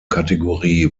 kategorie